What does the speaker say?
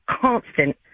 constant